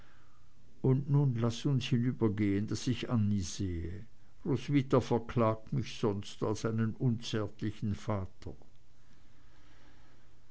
und nun laß uns hinübergehen daß ich annie sehe roswitha verklagt mich sonst als einen unzärtlichen vater